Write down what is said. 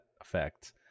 effect